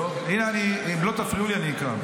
אם לא תפריעו לי, אני אקרא.